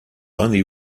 only